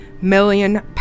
million